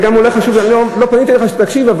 לא פניתי אליך שתקשיב,